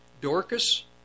Dorcas